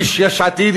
איש יש עתיד,